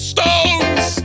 Stones